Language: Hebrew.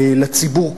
לציבור כולו,